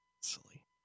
Silly